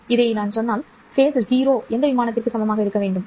நான் இதைச் சொன்னால் கட்டம் 0 எந்த விமானத்திற்கு சமமாக இருக்க வேண்டும்